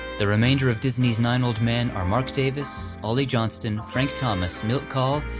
the remainder of disney's nine old men are marc davis, ollie johnston, frank thomas, milt kahl,